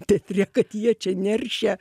teatre kad jie čia neršia